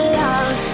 love